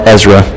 Ezra